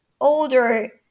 older